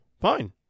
fine